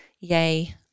yay